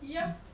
ya